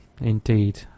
indeed